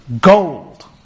Gold